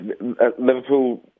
Liverpool